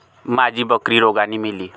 माझी बकरी रोगाने मेली